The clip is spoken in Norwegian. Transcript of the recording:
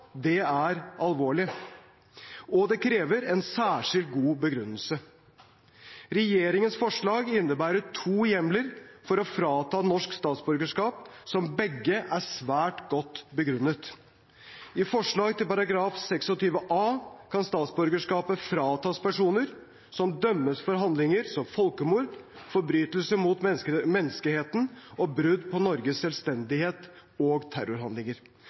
statsborgerskapet er alvorlig, og det krever en særskilt god begrunnelse. Regjeringens forslag innebærer to hjemler for å frata noen norsk statsborgerskap, som begge er svært godt begrunnet. I forslag til ny § 26 a kan statsborgerskapet fratas personer som dømmes for handlinger som folkemord, forbrytelser mot menneskeheten, brudd på Norges selvstendighet og terrorhandlinger.